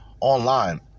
Online